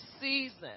season